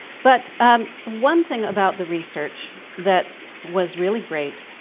but one thing about the research that was really great